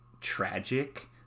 tragic